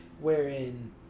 Wherein